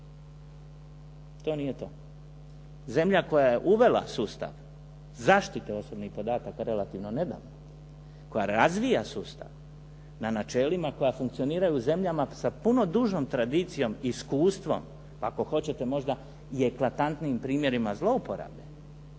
to nije to. Zemlja koja je uvela sustav zaštite osobnih podataka relativno nedavno, koja razvija sustav na načelima koja funkcioniraju u zemljama sa puno dužom tradicijom i iskustvom, pa ako hoćete možda i eklatantnim primjerima zlouporabe,